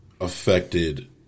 affected